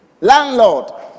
Landlord